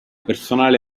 personale